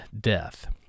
death